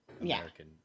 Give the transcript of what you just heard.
American